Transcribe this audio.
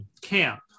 camp